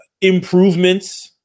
improvements